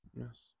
Yes